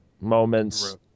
moments